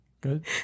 Good